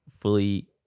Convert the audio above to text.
fully